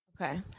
Okay